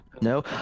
No